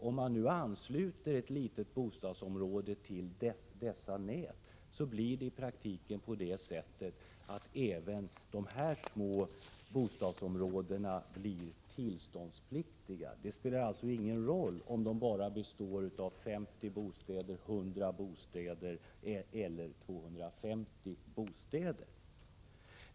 Om ett litet bostadsområde ansluts till ett av dessa nät, blir i praktiken även detta bostadsområde tillståndspliktigt. Det spelar alltså ingen roll om det består av bara 50 eller 100 bostäder eller om det består av 250 bostäder.